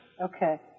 okay